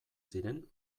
ziren